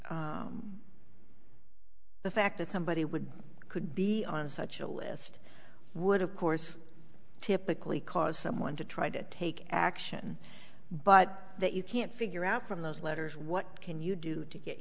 fact the fact that somebody would could be on such a list would of course typically cause someone to try to take action but that you can't figure out from those letters what can you do to